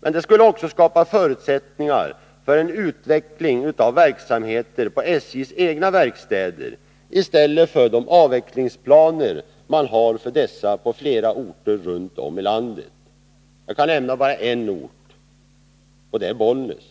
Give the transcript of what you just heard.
Men det skulle också skapa förutsättningar för en utveckling av verksamheter på SJ:s egna verkstäder i stället för de avvecklingsplaner man har för dessa på flera orter runt om i landet. Jag kan nämna bara en ort, nämligen Bollnäs,